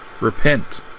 Repent